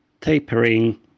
tapering